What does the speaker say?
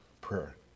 prayer